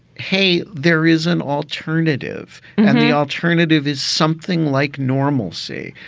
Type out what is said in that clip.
hey, there is an alternative and the alternative is something like normalcy.